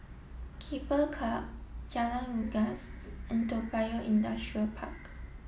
Keppel Club Jalan Unggas and Toa Payoh Industrial Park